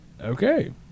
okay